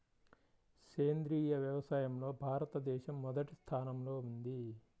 సేంద్రీయ వ్యవసాయంలో భారతదేశం మొదటి స్థానంలో ఉంది